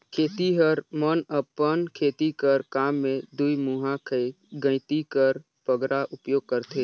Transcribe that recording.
खेतिहर मन अपन खेती कर काम मे दुईमुहा गइती कर बगरा उपियोग करथे